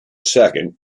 second